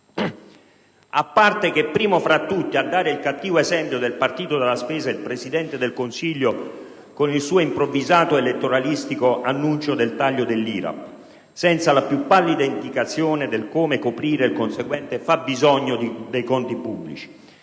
A parte che, primo fra tutti, a dare un brutto esempio del partito della spesa è proprio il Presidente del Consiglio con il suo, come al solito, improvvisato ed elettoralistico annuncio del taglio dell'IRAP senza la più pallida indicazione del come coprire il conseguente fabbisogno dei conti pubblici.